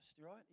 right